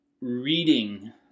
reading